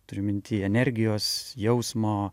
turiu minty energijos jausmo